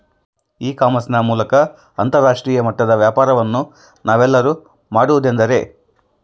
E commerce ನ ಮೂಲಕ ಅಂತರಾಷ್ಟ್ರೇಯ ಮಟ್ಟದ ವ್ಯಾಪಾರವನ್ನು ನಾವೆಲ್ಲರೂ ಮಾಡುವುದೆಂದರೆ?